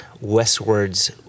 Westward's